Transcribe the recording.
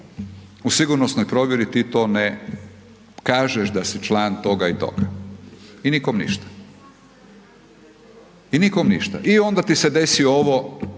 u sigurnosnoj provjeri ti to ne kažeš da si član toga i toga. I nikom ništa. I nikom ništa.